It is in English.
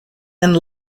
and